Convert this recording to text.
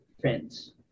friends